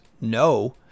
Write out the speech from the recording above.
no